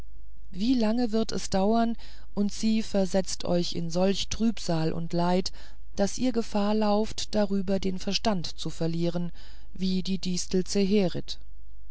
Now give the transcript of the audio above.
wie lange wird es dauern und sie versetzt euch in solch trübsal und leid daß ihr gefahr lauft darüber den verstand zu verlieren wie die distel